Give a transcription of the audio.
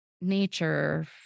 Nature